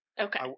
Okay